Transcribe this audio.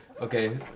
Okay